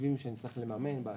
חושבים שנצטרך לממן בעתיד.